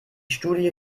studie